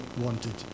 wanted